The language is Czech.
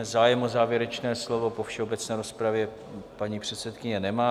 Zájem o závěrečné slovo po všeobecné rozpravě paní předsedkyně nemá.